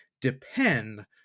depend